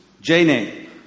J-name